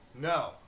No